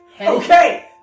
Okay